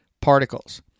particles